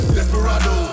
Desperado